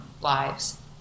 lives